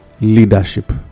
leadership